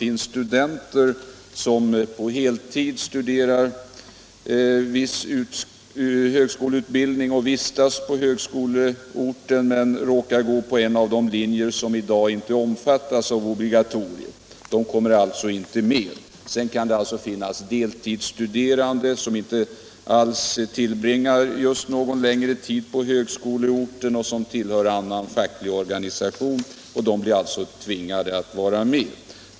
En del studenter som på heltid genomgår viss högskoleutbildning och vistas på högskoleorten men som råkar tillhöra en av de linjer som i dag inte omfattas av obligatoriet kommer inte med. Å andra sidan kan deltidsstuderande, som inte alls tillbringar någon längre tid på högskoleorten och som tillhör annan facklig organisation, tvingas vara med.